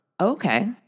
Okay